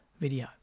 video